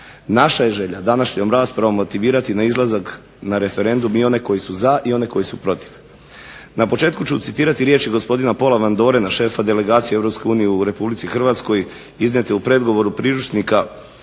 Naša je želja današnjom raspravom motivirati na izlazak na referendum i one koji su za i one koji su protiv. Na početku ću citirati riječi gospodina Paula Vandorena šefa delegacije EU u RH iznijete u predgovoru priručnika